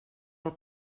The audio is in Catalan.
del